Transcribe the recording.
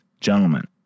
gentlemen